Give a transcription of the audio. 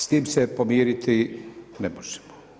S tim se pomiriti ne možemo.